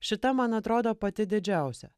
šita man atrodo pati didžiausia